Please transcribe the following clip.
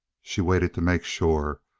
she waited to make sure,